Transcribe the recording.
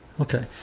Okay